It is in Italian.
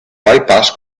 bypass